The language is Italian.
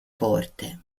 porte